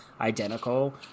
identical